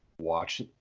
watch